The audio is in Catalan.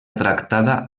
tractada